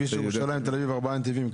בכביש ירושלים-תל אביב יש ארבעה נתיבים.